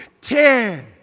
Ten